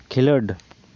ᱠᱷᱮᱞᱳᱰ